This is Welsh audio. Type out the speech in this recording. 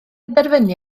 penderfynu